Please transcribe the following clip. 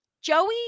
Joey